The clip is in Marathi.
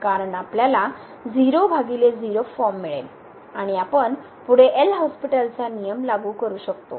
कारण आपल्याला फॉर्म मिळेल आणि आपण पुढे एल हॉस्पिटलचा नियम लागू करू शकतो